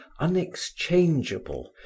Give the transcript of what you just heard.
unexchangeable